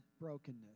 brokenness